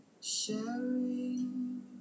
sharing